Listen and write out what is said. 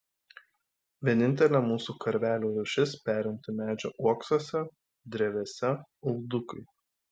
vienintelė mūsų karvelių rūšis perinti medžių uoksuose drevėse uldukai